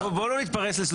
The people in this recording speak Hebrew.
בואו לא נתפרץ.